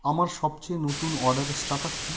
আমার সবচেয়ে নতুন অর্ডারের স্ট্যাটাস কি